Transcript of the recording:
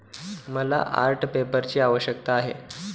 मला आर्ट पेपरची आवश्यकता आहे